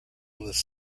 lists